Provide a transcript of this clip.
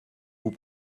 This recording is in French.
vous